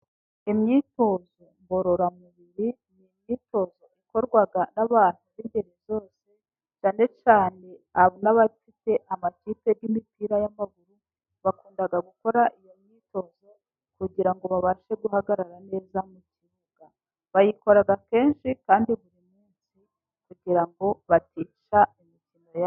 Imyitozo ngororamubiri ni imyitozo yakorwaga n'abantu b'ingeri zose cyane cyane n'abafite amakipe y'imipira y'amaguru bakunda gukora iyo myitozo kugira ngo babashe guhagarara neza mu kibuga. Bayikora kenshi kandi buri munsi kugira ngo batica imikino yabo.